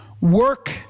work